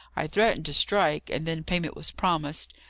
i threatened to strike, and then payment was promised.